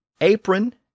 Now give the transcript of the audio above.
apron